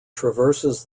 traverses